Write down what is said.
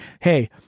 hey